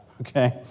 okay